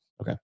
Okay